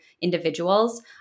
individuals